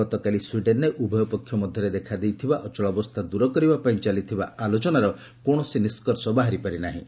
ଗତକାଲି ସ୍ପିଡେନ୍ରେ ଉଭୟ ପକ୍ଷ ମଧ୍ୟରେ ଦେଖାଦେଇଥିବା ଅଚଳାବସ୍ଥା ଦୂର କରିବା ପାଇଁ ଚାଲିଥିବା ଆଲୋଚନାର କୌଣସି ନିଷ୍କର୍ଷ ବାହାରିପାରି ନାହିଁ